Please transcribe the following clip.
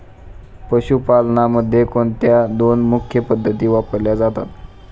पशुपालनामध्ये कोणत्या दोन मुख्य पद्धती वापरल्या जातात?